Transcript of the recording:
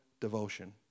devotion